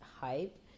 hype